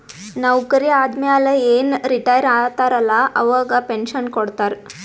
ನೌಕರಿ ಆದಮ್ಯಾಲ ಏನ್ ರಿಟೈರ್ ಆತಾರ ಅಲ್ಲಾ ಅವಾಗ ಪೆನ್ಷನ್ ಕೊಡ್ತಾರ್